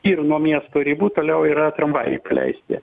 ir nuo miesto ribų toliau yra tramvajai paleisti